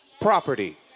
property